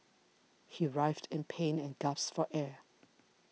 he writhed in pain and gasped for air